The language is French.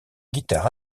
guitare